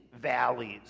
valleys